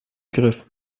griff